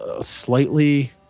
slightly